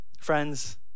Friends